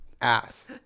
ass